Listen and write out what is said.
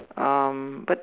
um but